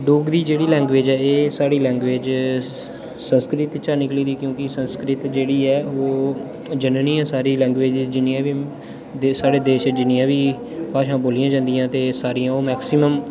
डोगरी जेह्ड़ी लैंग्वेज ऐ एह् साढ़ी लैंग्वेज़ संस्कृत चा निकली दी क्योंकि संस्कृत जेह्ड़ी ऐ ओह् जननी ऐ सारी लैंग्वेज़ जि'न्नियां बी साढ़े देश च जि'न्नियां बी भाशां बोलियां जन्दिया सारियां ओह् मैक्सिमम